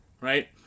Right